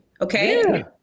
Okay